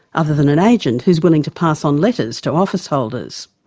other than an agent who's willing to pass on letters to officeholders.